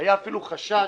היה חשש